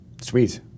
sweet